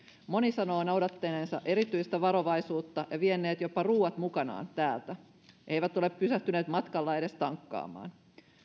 moni sanoo noudattaneensa erityistä varovaisuutta ja vieneensä jopa ruoat mukanaan täältä eivät ole pysähtyneet matkalla edes tankkaamaan